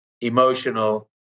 emotional